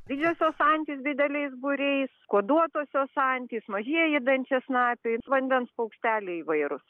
didžiosios antys dideliais būriais kuoduotosios antys mažieji dančiasnapiai vandens paukšteliai įvairūs